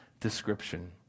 description